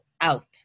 out